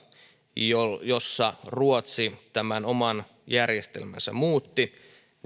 jossa ruotsi oman järjestelmänsä muutti